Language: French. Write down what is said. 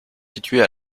situées